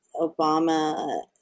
Obama